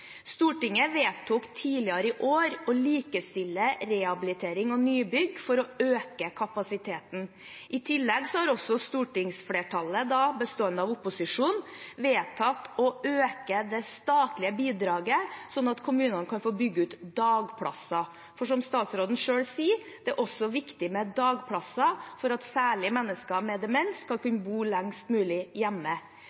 Stortinget vedtok tidligere i år å likestille rehabilitering og nybygg, for å øke kapasiteten. I tillegg har også stortingsflertallet, bestående av opposisjonen, vedtatt å øke det statlige bidraget, slik at kommunene kan få bygge ut dagplasser. For som statsråden selv sier: Det er også viktig med dagplasser for at særlig mennesker med demens